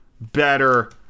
better